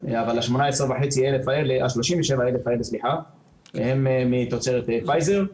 אבל 37,000 האלה הם מתוצרת פייזר.